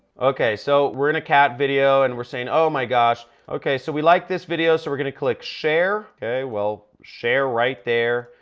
okay, so we're in a cat video and we're saying, oh, my gosh. okay so we like this video so we're going to click share. okay, well share right there.